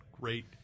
great